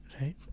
right